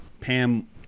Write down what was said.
pam